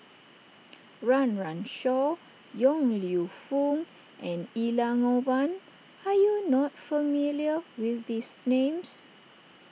Run Run Shaw Yong Lew Foong and Elangovan are you not familiar with these names